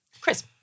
Chris